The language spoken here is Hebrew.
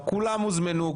כולם הוזמנו,